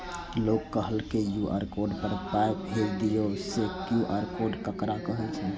लोग कहलक QR code पर पाय भेज दियौ से क्यू.आर कोड ककरा कहै छै?